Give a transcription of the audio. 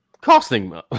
Costing